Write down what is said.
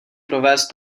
provést